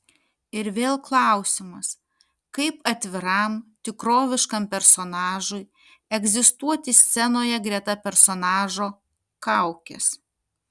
ir vėl klausimas kaip atviram tikroviškam personažui egzistuoti scenoje greta personažo kaukės